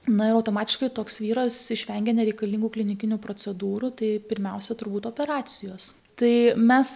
na ir automatiškai toks vyras išvengia nereikalingų klinikinių procedūrų tai pirmiausia turbūt operacijos tai mes